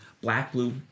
Black-Blue